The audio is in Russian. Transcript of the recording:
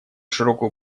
широкую